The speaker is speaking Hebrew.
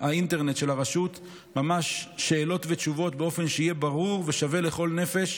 האינטרנט של הרשות ממש שאלות ותשובות באופן שיהיה ברור ושווה לכל נפש,